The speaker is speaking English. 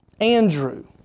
Andrew